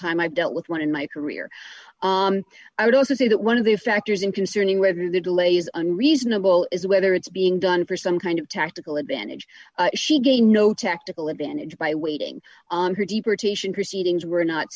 time i've dealt with one in my career i would also say that one of the factors in concerning whether the delays on reasonable is whether it's being done for some kind of tactical advantage she gain no tactical advantage by waiting on her deportation proceedings were not